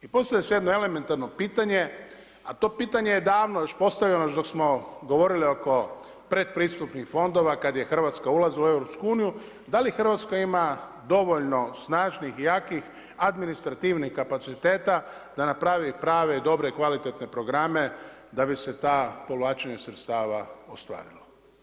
I postavlja se jedno elementarno pitanje, a to pitanje je davno već postavljeno još dok smo govorili oko pretpristupnih fondova kada je Hrvatska ulazila u Europsku uniju da li Hrvatska ima dovoljno snažnih, jakih administrativnih kapaciteta da napravi prave i dobre, kvalitetne programe da bi se to povlačenje sredstava ostvarilo.